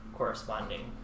corresponding